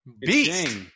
Beast